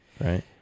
right